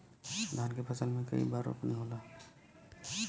धान के फसल मे कई बार रोपनी होला?